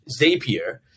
Zapier